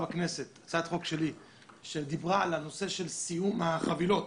בכנסת שדיברה על הנושא של סיום החבילות